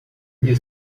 nie